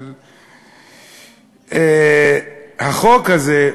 אבל החוק הזה,